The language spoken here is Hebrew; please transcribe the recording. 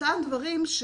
אותם דברים,